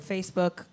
Facebook